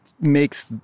makes